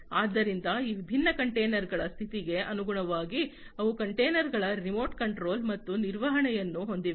ಆದ್ದರಿಂದ ಈ ವಿಭಿನ್ನ ಕಂಟೇನರ್ಗಳ ಸ್ಥಿತಿಗೆ ಅನುಗುಣವಾಗಿ ಅವು ಕಂಟೇನರ್ಗಳ ರಿಮೋಟ್ ಕಂಟ್ರೋಲ್ ಮತ್ತು ನಿರ್ವಹಣೆಯನ್ನು ಹೊಂದಿವೆ